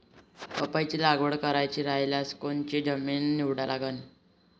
पपईची लागवड करायची रायल्यास कोनची जमीन निवडा लागन?